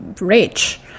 rich